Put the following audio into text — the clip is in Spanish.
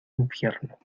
infierno